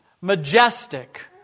majestic